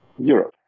Europe